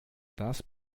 das